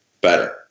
better